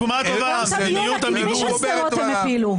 מדיניות המיגון --- גם את המיון הקדמי של שדרות הם הפילו.